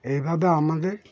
এইভাবে আমাদের